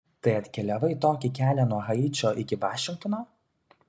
tai atkeliavai tokį kelią nuo haičio iki vašingtono